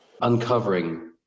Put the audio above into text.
uncovering